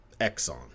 Exxon